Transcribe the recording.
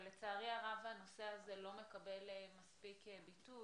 לצערי הרב הנושא הזא לא מקבל מספיק ביטוי,